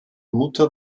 mutter